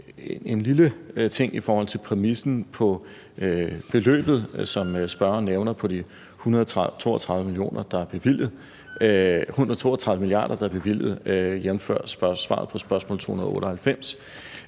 en lille ting i forhold til præmissen med beløbet, som spørgeren nævner, på de 132 mia. kr., der er bevilget, jævnfør svaret på spørgsmål nr.